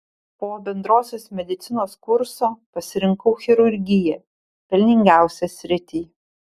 po bendrosios medicinos kurso pasirinkau chirurgiją pelningiausią sritį